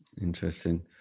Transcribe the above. Interesting